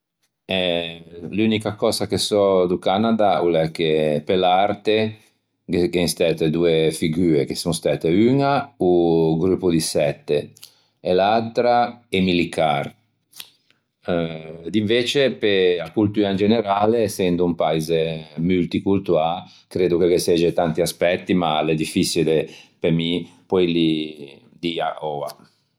Eh l'unica cösa che so do Canada o l'é che pe l'arte gh'én stæte doe figue che son stæte uña o Gruppo di Sette e l'atra Emily Carrr. Dinvece pe-a coltua in generale, essendo un paise multicoltuâ creddo che ghe segge tanti aspetti ma l'é diffiçile pe mi poeili dî oua.